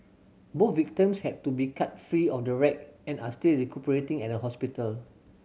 both victims had to be cut free of the wreck and are still recuperating at a hospital